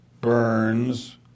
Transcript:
Burns